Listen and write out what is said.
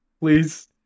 Please